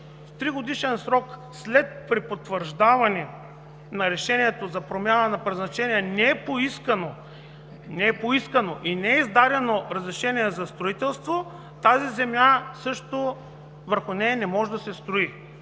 тригодишен срок след препотвърждаване на решението за промяна на предназначението не е поискано и не е издадено разрешение за строителство, върху тази земя също не може да строи.